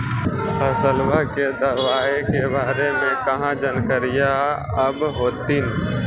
फसलबा के दबायें के बारे मे कहा जानकारीया आब होतीन?